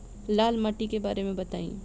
लाल माटी के बारे में बताई